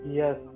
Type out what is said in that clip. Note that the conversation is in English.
yes